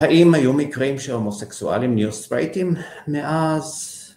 האם היו מקרים שההומוסקסואלים נרספייטים מאז?